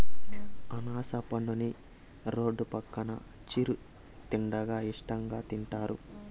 అనాస పండుని రోడ్డు పక్కన చిరు తిండిగా ఇష్టంగా తింటారు